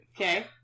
Okay